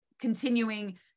continuing